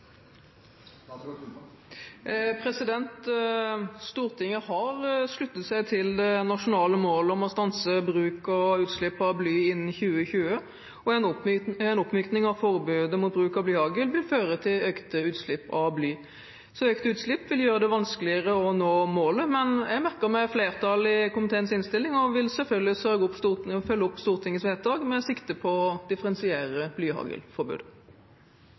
stanse bruk og utslipp av bly innen 2020, og en oppmykning av forbudet mot bruk av blyhagl vil føre til økte utslipp av bly. Så økte utslipp vil gjøre det vanskeligere å nå målet, men jeg merker meg flertallets innstilling og vil selvfølgelig sørge for å følge opp Stortingets vedtak, med sikte på å differensiere